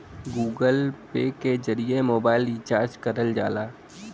Google Pay के जरिए mobile recharge करल जाला